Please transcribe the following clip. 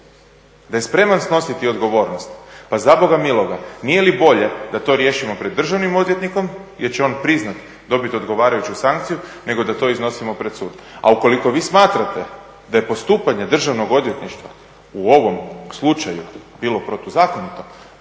da je spreman snositi odgovornost, pa za Boga miloga nije li bolje da to riješimo pred državnim odvjetnikom gdje će on priznat, dobit odgovarajuću sankciju, nego da to iznosimo pred sud. A ukoliko vi smatrate da je postupanje Državnog odvjetništva u ovom slučaju bilo protuzakonito,